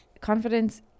confidence